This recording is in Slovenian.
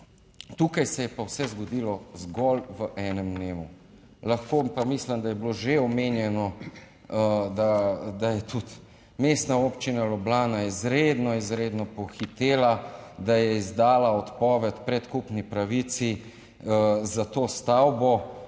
Tukaj se je pa vse zgodilo zgolj v enem dnevu. Lahko pa mislim, da je bilo že omenjeno, da je tudi Mestna občina Ljubljana izredno, izredno pohitela, da je izdala odpoved predkupni pravici za to stavbo.